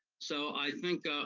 so i think,